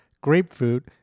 grapefruit